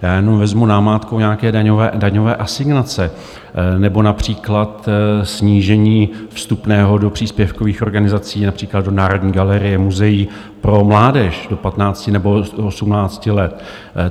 Já jenom vezmu namátkou nějaké daňové asignace nebo například snížení vstupného do příspěvkových organizací, například do Národní galerie, muzeí pro mládež do patnácti nebo osmnácti let.